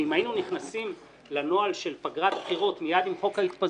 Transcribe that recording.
ואם היינו נכנסים לנוהל של פגרת בחירות מיד עם חוק ההתפזרות,